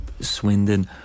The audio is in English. Swindon